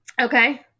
Okay